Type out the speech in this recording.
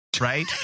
right